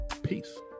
peace